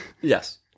Yes